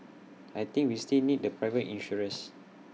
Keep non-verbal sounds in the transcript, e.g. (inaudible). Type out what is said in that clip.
I think we still need the (noise) private insurers